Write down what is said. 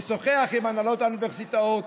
נשוחח עם הנהלות האוניברסיטאות,